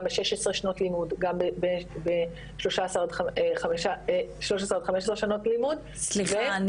ב- 16 שנות לימוד גם ב- 13-15 שנות לימוד --- סליחה,